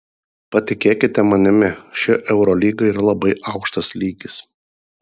patikėkite manimi ši eurolyga yra labai aukštas lygis